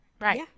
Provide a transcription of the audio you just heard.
Right